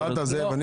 שאלת, זאב.